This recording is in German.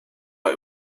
bei